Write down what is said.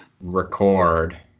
record